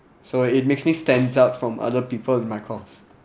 so it makes me stands out from other people in my course